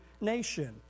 nation